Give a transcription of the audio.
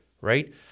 right